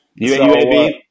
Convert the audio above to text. UAB